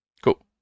Cool